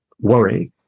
worry